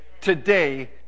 today